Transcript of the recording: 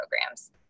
programs